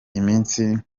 iminsi